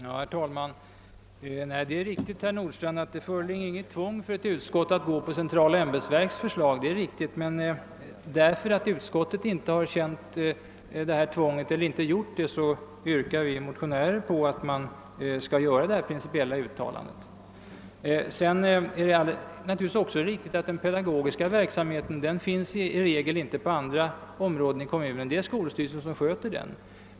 Herr talman! Nej, det är riktigt, herr Norstrandh. Det föreligger inte något tvång för ett utskott att följa centrala ämbetsverkens förslag. Men just därför att utskottet inte känt detta tvång yrkar vi motionärer på att detta principuttalande skall göras. Det är naturligtvis också riktigt att pedagogisk verksamhet inte finns på andra områden inom kommunen. Det är skolstyrelsen som sköter den.